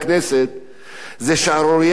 זו שערורייה שאין כמוה.